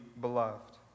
beloved